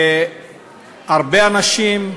שהרבה אנשים,